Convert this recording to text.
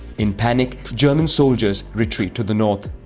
in panic, german soldiers retreat to the north.